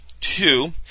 two